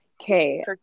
okay